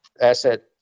asset